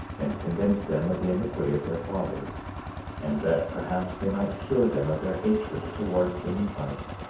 and convince them of the iniquity of their fathers and that perhaps they might cure them of their hatred towards the nephites,